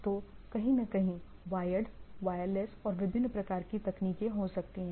तो यह कहीं न कहीं वायर्ड वायरलेस और विभिन्न प्रकार की तकनीकें हो सकती हैं